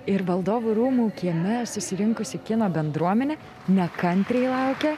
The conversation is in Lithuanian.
ir valdovų rūmų kieme susirinkusi kino bendruomenė nekantriai laukia